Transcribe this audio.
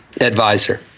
advisor